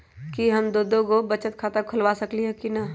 कि हम दो दो गो बचत खाता खोलबा सकली ह की न?